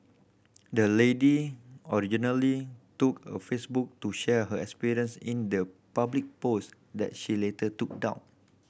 the lady originally took a Facebook to share her experience in the public post that she later took down